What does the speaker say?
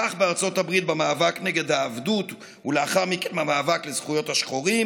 כך בארצות הברית במאבק נגד העבדות ולאחר מכן במאבק לזכויות השחורים,